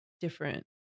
different